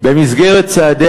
במסגרת צעדי